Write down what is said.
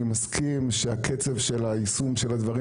אני מסכים שהקצב של היישום של הדברים